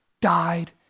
died